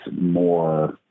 more